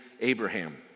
Abraham